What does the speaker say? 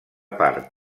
part